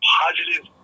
positive